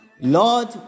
Lord